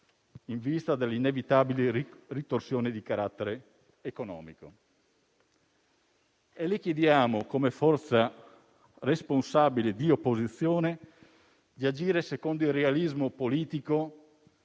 in vista delle inevitabili ritorsioni di carattere economico. Le chiediamo, come forza responsabile di opposizione, di agire secondo il realismo politico